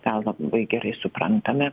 tą labai gerai suprantame